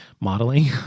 modeling